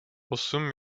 osm